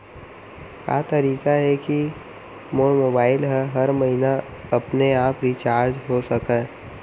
का तरीका हे कि मोर मोबाइल ह हर महीना अपने आप रिचार्ज हो सकय?